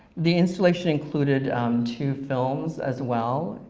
the installation included two films as well.